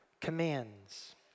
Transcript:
commands